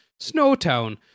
Snowtown